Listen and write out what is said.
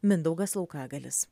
mindaugas laukagalis